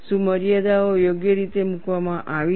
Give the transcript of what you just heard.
શું મર્યાદાઓ યોગ્ય રીતે મૂકવામાં આવી છે